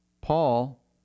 Paul